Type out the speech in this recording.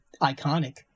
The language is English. iconic